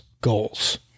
goals